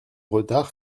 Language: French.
retard